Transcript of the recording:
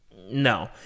No